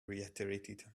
reiterated